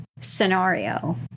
scenario